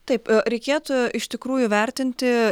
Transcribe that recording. taip reikėtų iš tikrųjų vertinti